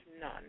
none